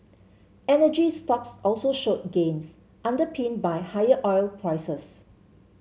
energy stocks also showed gains underpinned by higher oil prices